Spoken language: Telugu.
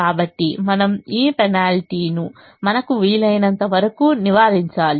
కాబట్టి మనం ఈ పెనాల్టీను మనకు వీలైనంత వరకు నివారించాలి